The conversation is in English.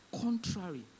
contrary